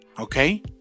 okay